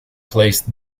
placed